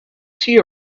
tea